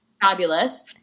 fabulous